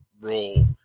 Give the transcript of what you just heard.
role